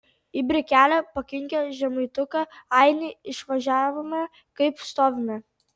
į brikelę pakinkę žemaituką ainį išvažiavome kaip stovime